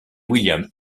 william